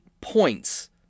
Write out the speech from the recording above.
points